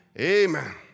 Amen